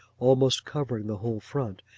almost covering the whole front,